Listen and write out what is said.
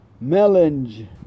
melange